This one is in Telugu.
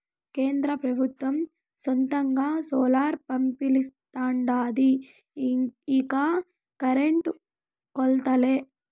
కేంద్ర పెబుత్వం సొంతంగా సోలార్ పంపిలిస్తాండాది ఇక కరెంటు కోతలే